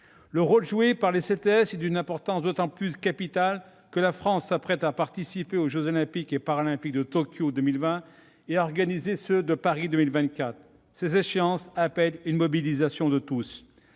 Le rôle joué par les CTS est d'une importance d'autant plus capitale que la France s'apprête à participer aux jeux Olympiques et Paralympiques de Tokyo en 2020 et à organiser ceux de Paris en 2024. Ces échéances appellent une mobilisation de tous.